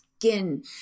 skin